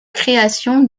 création